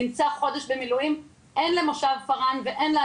נמצא חודש במילואים אין למושב פארן ואין איך